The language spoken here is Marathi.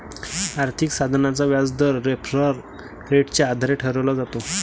आर्थिक साधनाचा व्याजदर रेफरल रेटच्या आधारे ठरवला जातो